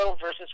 versus